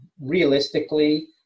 realistically